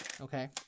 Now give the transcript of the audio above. Okay